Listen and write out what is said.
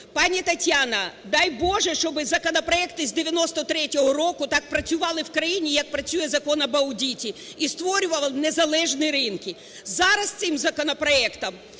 Пані Тетяно, дай Боже, щоб законопроекти з 1993 року так працювали в країні, як працює Закон про аудит, і створювало незалежні ринки. Зараз цим законопроектом